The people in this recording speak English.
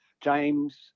James